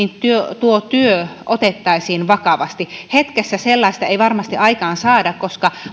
tuo työ otettaisiin vakavasti hetkessä sellaista ei varmasti aikaansaada koska